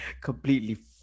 completely